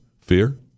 Fear